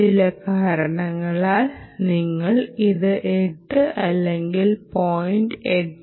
ചില കാരണങ്ങളാൽ നിങ്ങൾ ഇത് 8 അല്ലെങ്കിൽ 0